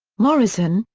morrison,